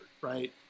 right